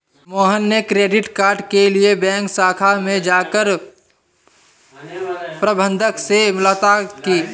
मोहन ने credit card के लिए बैंक शाखा में जाकर प्रबंधक से मुलाक़ात की